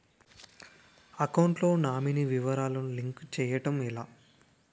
Account లో nominee వివరాలు link చేయటం ఎలా?